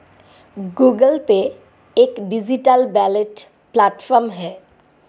Google pay एक digital wallet platform है